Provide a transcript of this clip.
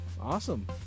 Awesome